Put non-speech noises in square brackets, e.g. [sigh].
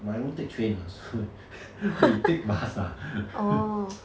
but I don't take train lah so [laughs] I take bus lah